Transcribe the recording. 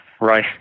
right